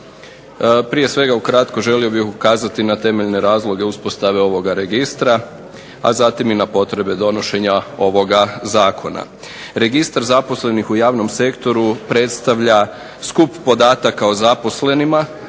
Prije svega ukratko želio bih ukazati na temeljne razloge uspostave ovoga registra, a zatim i na potrebe donošenja ovoga zakona. Registar zaposlenih u javnom sektoru predstavlja skup podataka o zaposlenima